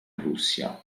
prussia